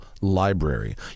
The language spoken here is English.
library